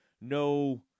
no